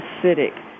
acidic